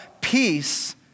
peace